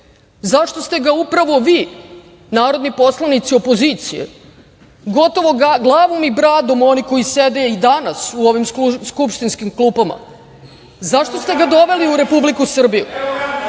zašto ste ga upravo vi, narodni poslanici opozicije, gotovo glavom i bradom oni koji sede i danas u ovim skupštinskim klupama, zašto ste ga doveli u Republiku Srbiju?